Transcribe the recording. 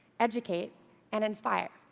educate and inspire.